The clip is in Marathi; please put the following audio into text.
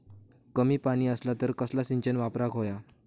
कमी पाणी असला तर कसला सिंचन वापराक होया?